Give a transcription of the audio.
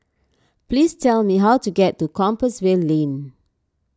please tell me how to get to Compassvale Lane